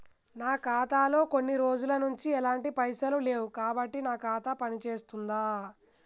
నా ఖాతా లో కొన్ని రోజుల నుంచి ఎలాంటి పైసలు లేవు కాబట్టి నా ఖాతా పని చేస్తుందా?